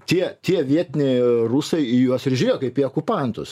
tie tie vietiniai rusai į juos ir žiūrėjo kaip į okupantus